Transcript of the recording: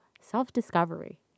self-discovery